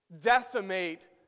decimate